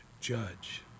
judge